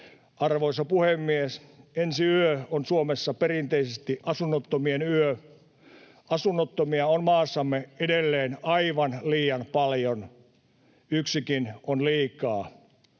Arvoisa puhemies! Ensi yö on Suomessa perinteisesti Asunnottomien yö. Asunnottomia on maassamme edelleen aivan liian paljon. Yksikin on liikaa.